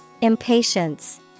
Impatience